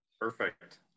perfect